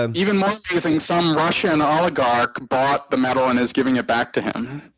um even more amazing, some russian oligarch bought the medal and is giving it back to him.